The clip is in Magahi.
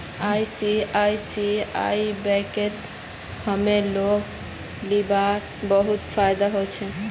आई.सी.आई.सी.आई बैंकत होम लोन लीबार बहुत फायदा छोक